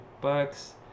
bucks